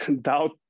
doubt